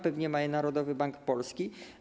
Pewnie ma je Narodowy Bank Polski.